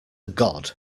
god